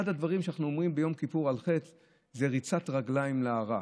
אחד הדברים שאנחנו אומרים ביום כיפור: על חטא של ריצת רגליים להרע.